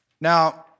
Now